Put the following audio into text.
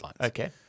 Okay